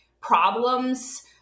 problems